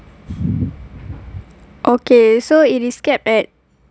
okay so it is capped at